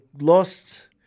lost